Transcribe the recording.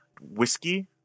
whiskey